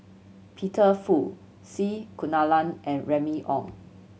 Peter Fu C Kunalan and Remy Ong